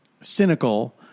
cynical